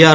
R